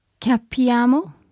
Capiamo